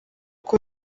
uko